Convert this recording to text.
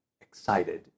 excited